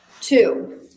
Two